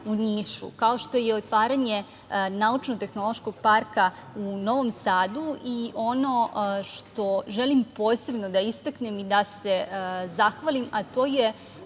u Nišu, kao što je otvaranje Naučno tehnološkog parka u Novom Sadu. Ono što želim posebno da istaknem i da se zahvalim, a to je